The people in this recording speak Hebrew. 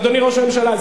אדוני ראש הממשלה.